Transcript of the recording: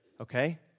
Okay